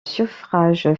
suffrage